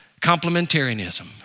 Complementarianism